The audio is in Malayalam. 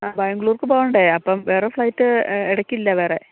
ആ ബാംഗ്ലൂർക്ക് പോവണ്ടേ അപ്പം വേറെ ഫ്ലൈറ്റ് ഇടയ്ക്ക് ഇല്ല വേറെ